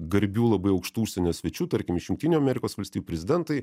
garbių labai aukštų užsienio svečių tarkim iš jungtinių amerikos valstijų prezidentai